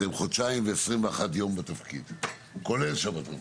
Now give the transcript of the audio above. אתם חודשיים ו-21 ימים בתפקיד, כולל שבתות.